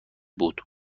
بود